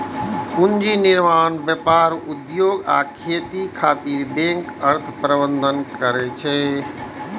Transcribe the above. पूंजी निर्माण, व्यापार, उद्योग आ खेती खातिर बैंक अर्थ प्रबंधन करै छै